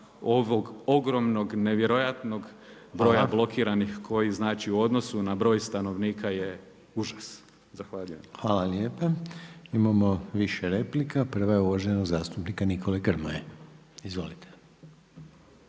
ovog ogromnog, nevjerojatnog broja blokiranih koji znači u odnosu na broj stanovnika je užas. Zahvaljujem. **Reiner, Željko (HDZ)** Hvala lijepa. Imamo više replika, prva je uvaženog zastupnika Nikole Grmoje. Izvolite.